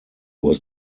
was